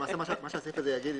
למעשה מה שהסעיף הזה יגיד,